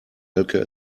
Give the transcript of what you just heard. elke